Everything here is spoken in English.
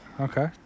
okay